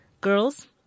Girls